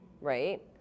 right